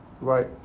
Right